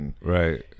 Right